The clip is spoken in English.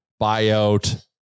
buyout